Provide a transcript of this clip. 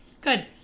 Good